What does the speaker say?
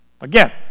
again